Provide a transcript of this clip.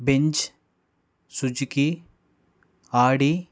Benz Suzuki Audi